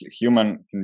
human